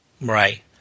Right